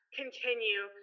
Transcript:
continue